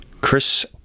Chris